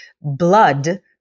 blood